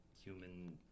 human